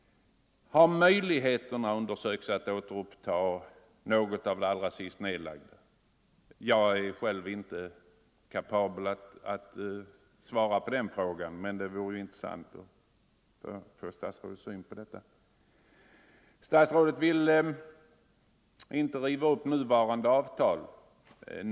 Har möjligheterna undersökts att återupprusta något av de senast nedlagda? Jag är själv inte kapabel att svara på den frågan, men det vore intressant att få statsrådets syn på den punkten. Statsrådet vill inte riva upp nuvarande avtal.